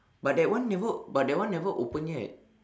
but that one never but that one never open yet